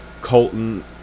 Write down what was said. Colton